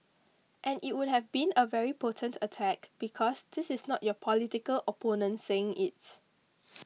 and it would have been a very potent attack because this is not your political opponent saying its